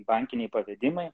bankiniai pavedimai